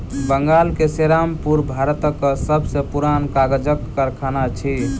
बंगाल के सेरामपुर भारतक सब सॅ पुरान कागजक कारखाना अछि